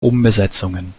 umbesetzungen